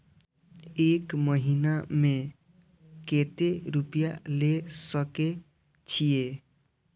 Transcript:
एक महीना में केते रूपया ले सके छिए?